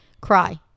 cry